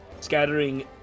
scattering